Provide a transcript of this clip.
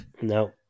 No